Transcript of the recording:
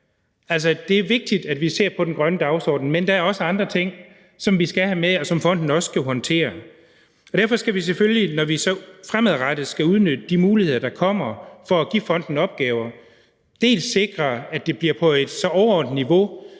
det er vigtigt, at vi ser på den grønne dagsorden, men der er også andre ting, som vi skal have med, og som fonden også skal håndtere. Derfor skal vi selvfølgelig, når vi så fremadrettet skal udnytte de muligheder, der kommer for at give fonden opgaver, dels sikre, at det bliver på et så overordnet niveau,